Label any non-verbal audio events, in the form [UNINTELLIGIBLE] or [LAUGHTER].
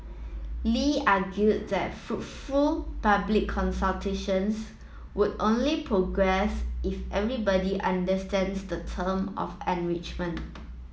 Lee argued that [UNINTELLIGIBLE] fruitful public consultations would only progress if everybody understands the term of engagement